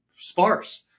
sparse